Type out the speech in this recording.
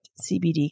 CBD